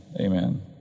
Amen